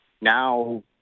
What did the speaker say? now